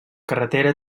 carretera